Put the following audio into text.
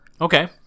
Okay